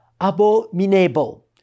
abominable